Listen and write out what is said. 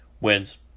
wins